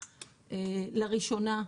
לראשונה,